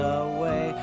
away